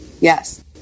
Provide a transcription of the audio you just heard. yes